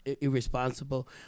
irresponsible